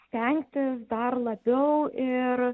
stengtis dar labiau ir